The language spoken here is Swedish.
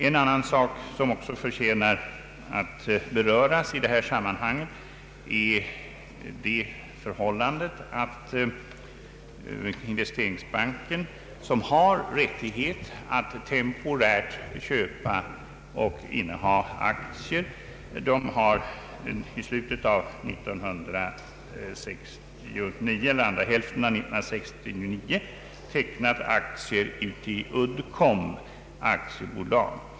En annan sak som också förtjänar att beröras i detta sammanhang är det förhållandet att Investeringsbanken, som har rättighet att temporärt köpa och inneha aktier, under andra hälften av år 1969 tecknat aktier i Uddcomb.